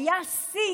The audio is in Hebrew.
היה שיא